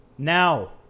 Now